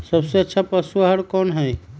सबसे अच्छा पशु आहार कोन हई?